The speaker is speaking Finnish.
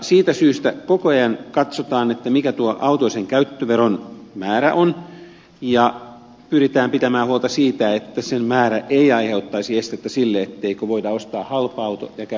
siitä syystä koko ajan katsotaan mikä auton vuotuisen käyttöveron määrä on ja pyritään pitämään huolta siitä että sen määrä ei aiheuttaisi estettä sille etteikö voida ostaa halpa auto ja käyttää sitä